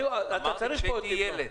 נכון.